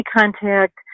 contact